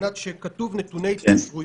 התקיימו נסיבות חריגות המנויות בתוספת,